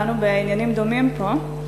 כולנו בעניינים דומים פה.